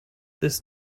this